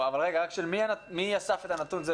מי אסף הנתון?